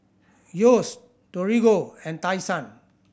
Yeo's Torigo and Tai Sun